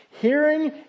hearing